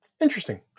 Interesting